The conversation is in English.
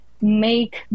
make